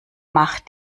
mach